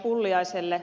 pulliaiselle